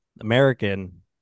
american